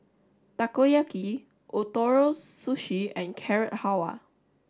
Takoyaki Ootoro Sushi and Carrot Halwa